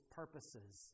purposes